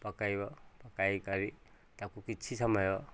ପକାଇବ ପକାଇକରି ତାକୁ କିଛି ସମୟ